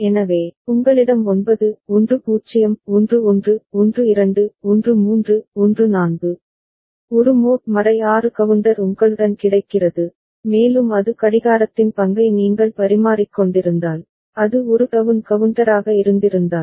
எனவே உங்களிடம் 9 10 11 12 13 14 ஒரு மோட் 6 கவுண்டர் உங்களுடன் கிடைக்கிறது மேலும் அது கடிகாரத்தின் பங்கை நீங்கள் பரிமாறிக்கொண்டிருந்தால் அது ஒரு டவுன் கவுண்டராக இருந்திருந்தால்